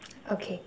okay